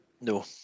No